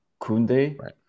Kunde